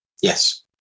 Yes